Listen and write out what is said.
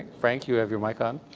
frank, you have your mic on.